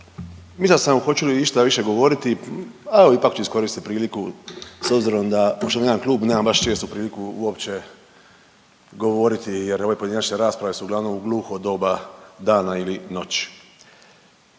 mislio sam hoću li išta više govoriti, a evo ipak ću iskoristiti priliku s obzirom da pošto nemam klub nemam baš čestu priliku uopće govoriti jer ove pojedinačne rasprave su uglavnom u gluho doba dana ili noći.